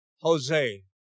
Jose